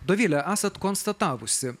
dovile esat konstatavusi